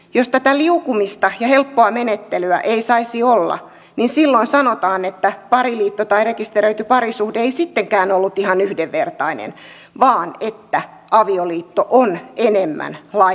jos tätä liukumista ja helppoa menettelyä ei saisi olla niin silloin sanotaan että pariliitto tai rekisteröity parisuhde ei sittenkään ollut ihan yhdenvertainen vaan että avioliitto on enemmän lain edessä